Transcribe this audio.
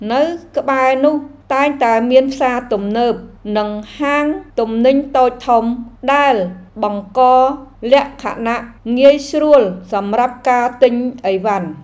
នៅក្បែរនោះតែងតែមានផ្សារទំនើប និងហាងទំនិញតូចធំ ដែលបង្កលក្ខណៈងាយស្រួលសម្រាប់ការទិញអីវ៉ាន់។